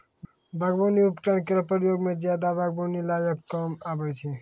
बागबानी उपकरन केरो प्रयोग सें जादा बागबानी लगाय क काम आबै छै